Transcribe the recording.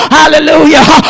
hallelujah